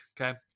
okay